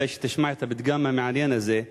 כדאי שתשמע את הפתגם המעניין הזה,